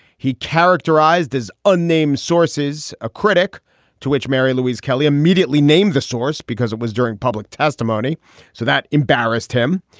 he characterized as unnamed sources a critic to which mary louise kelly immediately named the source because it was during public testimony. so that embarrassed him.